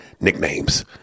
nicknames